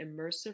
immersive